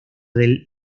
del